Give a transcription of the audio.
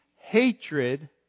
hatred